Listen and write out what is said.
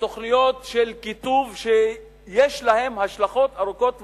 תוכניות של קיטוב, שיש להן השלכות ארוכות טווח,